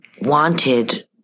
wanted